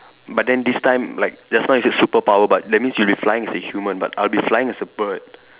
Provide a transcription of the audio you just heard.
but then this time like just now you say superpower but that mean you'll be flying as a human but I'll be flying as a bird